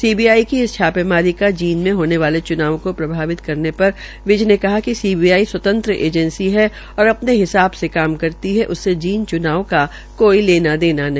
CBI की इस छापेमारी का जींद में होने वाले च्नावों को प्रभावित करने पर विज ने कहा की सीबीआई स्वतंत्र एजेंसी है और अपने हिसाब से काम करती है उससे जींद च्नाव का कोई लेना देना नहीं